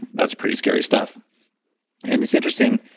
that's pretty scary stuff and it's interesting.